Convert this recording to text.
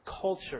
culture